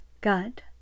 God